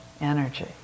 energy